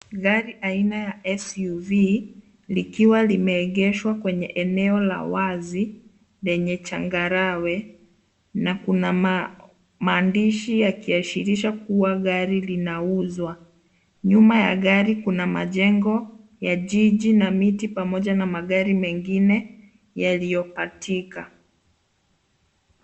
Gari aina ya SUV likiwa limeegeshwa kwenye eneo la wazi lenye changarawe na kuna maandishi yakiashirisha kuwa gari linauzwa. Nyuma ya gari kuna majengo ya jiji pamoja na magari mengine yaliyo patika.